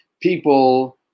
people